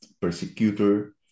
persecutor